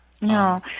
No